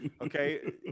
Okay